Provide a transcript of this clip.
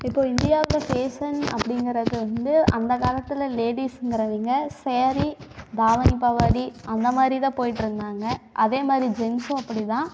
இப்போ இந்தியாவில் ஃபேஷன் அப்படிங்குறது வந்து அந்தகாலத்தில் லேடிஸ்ங்கிறவங்க சேரீ தாவணி பாவாடி அந்த மாதிரி தான் போயிட்டு இருந்தாங்க அதே மாதிரி ஜென்சும் அப்படி தான்